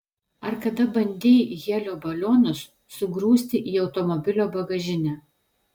ar kada bandei helio balionus sugrūsti į automobilio bagažinę